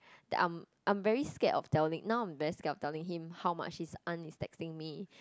that I'm I'm very scared of telling now I'm very scared of telling him how much his aunt is texting me